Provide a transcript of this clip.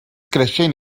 creixent